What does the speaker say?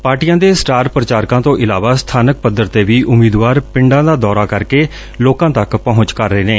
ਪਾਰਟੀਆਂ ਦੇ ਸਟਾਰ ਪ੍ਚਾਰਕਾਂ ਤੋਂ ਇਲਾਵਾ ਸਬਾਨਕ ਪੱਧਰ ਤੇ ਵੀ ਉਮੀਦਵਾਰ ਪਿੰਡਾਂ ਦਾ ਦੌਰਾ ਕਰਕੇ ਲੋਕਾਂ ਤੱਕ ਪਹੁੰਚ ਕਰ ਰਹੇ ਨੇ